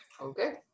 Okay